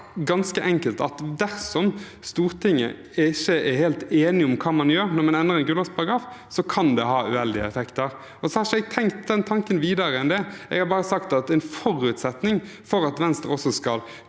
man i Stortinget ikke er helt enig om hva man gjør når man endrer en grunnlovsparagraf, kan det ha uheldige effekter. Jeg har ikke tenkt den tanken videre enn det. Jeg har bare sagt at en forutsetning for at Venstre også skal